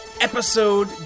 episode